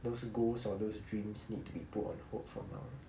those goals and those dreams need to be put on hold for now